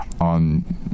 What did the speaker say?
on